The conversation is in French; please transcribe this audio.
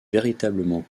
véritablement